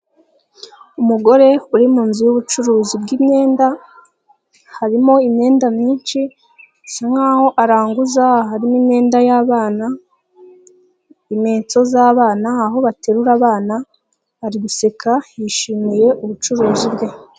Umugore uri mu nzu y'ubucuruzi bw'imyenda, harimo imyenda myinshi, asa nk'aho aranguza, harimo imyenda y'abana, impetso zabana aho baterura abana, ari guseka yishimiye ubucuruzi bwe.